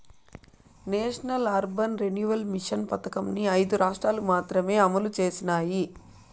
national urban renewal mission పథకంని ఐదు రాష్ట్రాలు మాత్రమే అమలు చేసినాయి